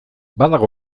badago